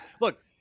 Look